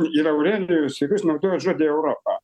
ir aurelijus ir jūs naudojat žodį europa